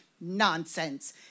Nonsense